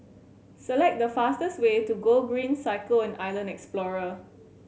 select the fastest way to Gogreen Cycle and Island Explorer